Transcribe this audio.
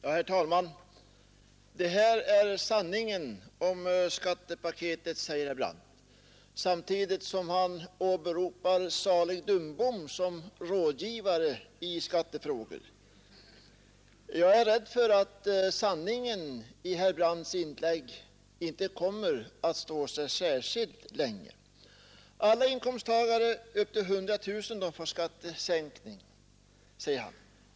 Herr talman! Det här är sanningen om skattepaketet, säger herr Brandt, samtidigt som han åberopar salig Dumbom som rådgivare i skattefrågor. Jag är rädd för att sanningen i herr Brandts inlägg inte kommer att stå sig särskilt länge. Alla inkomsttagare upp till 100 000 kronor får skattesänkning, säger herr Brandt.